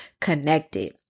connected